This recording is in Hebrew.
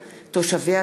עבודה),